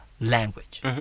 language